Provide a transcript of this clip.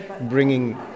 bringing